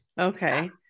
okay